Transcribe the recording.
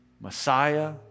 Messiah